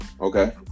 Okay